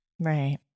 Right